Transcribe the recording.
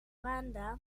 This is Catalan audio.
banda